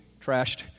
trashed